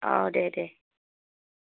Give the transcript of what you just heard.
औ दे दे